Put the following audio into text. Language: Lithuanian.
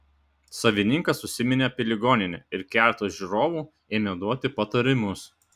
savininkas užsiminė apie ligoninę ir keletas žiūrovų ėmė duoti patarimus